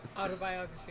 Autobiography